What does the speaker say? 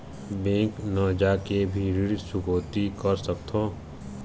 Bank न जाके भी ऋण चुकैती कर सकथों?